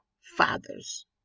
fathers